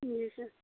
جی سر